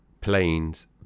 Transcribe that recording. planes